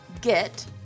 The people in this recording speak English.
get